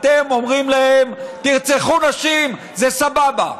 אתם אומרים להם: תרצחו נשים, זה סבבה.